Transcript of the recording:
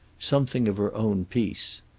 something of her own peace.